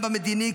גם במדיני,